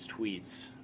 tweets